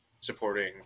supporting